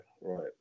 right